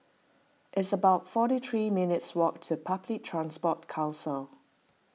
it's about forty three minutes' walk to Public Transport Council